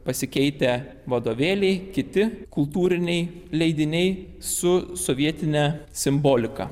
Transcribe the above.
pasikeitę vadovėliai kiti kultūriniai leidiniai su sovietine simbolika